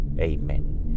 Amen